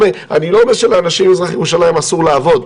אני לא אומר שלאנשים ממזרח ירושלים אסור לעבוד,